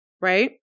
Right